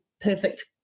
perfect